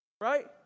Right